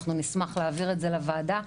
אנחנו נשמח להעביר את זה לוועדה,